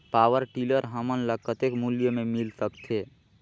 Power tiller हमन ल कतेक मूल्य मे मिल सकथे?